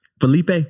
Felipe